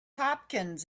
hopkins